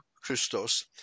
Christos